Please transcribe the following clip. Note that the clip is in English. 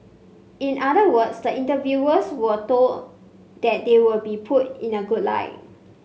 in other words the interviewers were told that they will be put in a good light